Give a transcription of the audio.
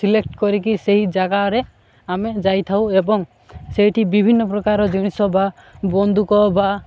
select କରିକି ସେହି ଜାଗାରେ ଆମେ ଯାଇଥାଉ ଏବଂ ସେଇଠି ବିଭିନ୍ନ ପ୍ରକାର ଜିନିଷ ବା ବନ୍ଧୁକ ବା